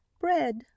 bread